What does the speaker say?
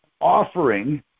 offering